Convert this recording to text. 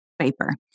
paper